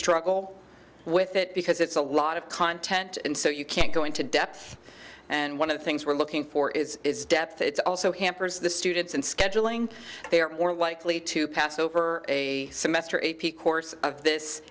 struggle with it because it's a lot of content and so you can't go into depth and one of the things we're looking for is its depth it's also hampers the students in scheduling they are more likely to pass over a semester a p course of this